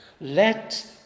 let